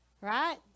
Right